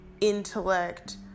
intellect